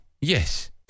Yes